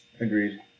Agreed